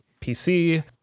PC